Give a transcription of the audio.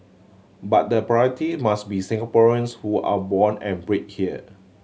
but the priority must be Singaporeans who are born and bred here